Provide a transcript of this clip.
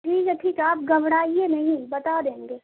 ٹھیک ہے ٹھیک ہے آپ گھبڑائیے نہیں بتا دیں گے